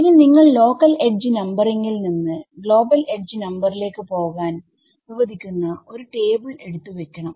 ഇനി നിങ്ങൾ local edge നമ്പറിങ്ങിൽ നിന്ന് ഗ്ലോബൽ എഡ്ജ് നമ്പറിലേക്ക് പോകാൻ അനുവദിക്കുന്ന ഒരു ടേബിൾ എടുത്ത് വെക്കണം